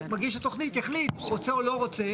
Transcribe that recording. מגיש התוכנית יחליט אם הוא רוצה או לא רוצה,